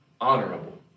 honorable